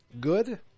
good